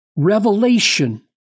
Revelation